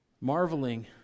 marveling